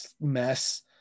mess